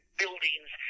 buildings